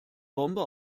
bombe